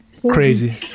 crazy